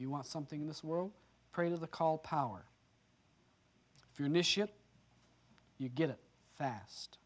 you want something in this world pray to the call power finish it you get it fast